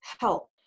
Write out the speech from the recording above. help